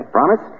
Promise